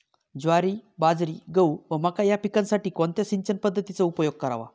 ज्वारी, बाजरी, गहू व मका या पिकांसाठी कोणत्या सिंचन पद्धतीचा उपयोग करावा?